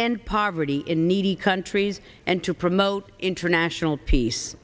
end poverty in needy countries and to promote international peace